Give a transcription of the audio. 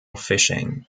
fishing